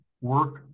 work